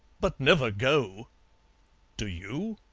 but never go do you?